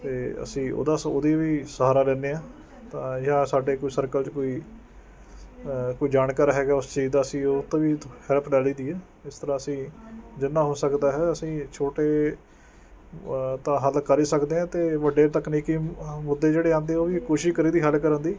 ਅਤੇ ਅਸੀਂ ਉਹਦਾ ਸ ਉਹਦੀ ਵੀ ਸਹਾਰਾ ਲੈਂਦੇ ਹਾਂ ਤਾਂ ਜਾਂ ਸਾਡੇ ਕੋਈ ਸਰਕਲ 'ਚ ਕੋਈ ਕੋਈ ਜਾਣਕਾਰ ਹੈਗਾ ਉਸ ਚੀਜ਼ ਦਾ ਅਸੀਂ ਉਹਤੋਂ ਵੀ ਹੈਲਪ ਲੈ ਲਈ ਦੀ ਹੈ ਇਸ ਤਰ੍ਹਾਂ ਅਸੀਂ ਜਿੰਨ੍ਹਾਂ ਹੋ ਸਕਦਾ ਹੈ ਅਸੀਂ ਛੋਟੇ ਤਾਂ ਹੱਲ ਕਰ ਹੀ ਸਕਦੇ ਹਾਂ ਅਤੇ ਵੱਡੇ ਤਕਨੀਕੀ ਮੁੱਦੇ ਜਿਹੜੇ ਆਉਂਦੇ ਉਹ ਵੀ ਕੋਸ਼ਿਸ਼ ਕਰੀ ਦੀ ਹੱਲ ਕਰਨ ਦੀ